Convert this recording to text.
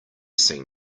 seen